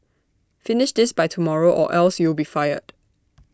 finish this by tomorrow or else you'll be fired